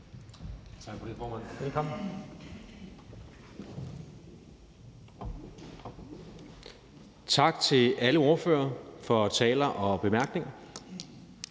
Tak til alle ordførere for taler og bemærkninger.